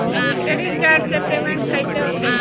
Credit card से payment कईसे होखेला?